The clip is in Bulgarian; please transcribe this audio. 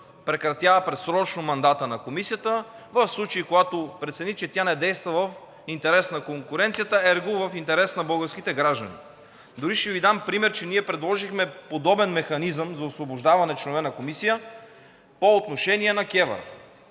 прекратява предсрочно мандата на Комисията в случай, когато прецени, че тя не действа в интерес на конкуренцията, ерго в интерес на българските граждани. Дори ще Ви дам пример – ние предложихме подобен механизъм за освобождаване членове на комисия по отношение на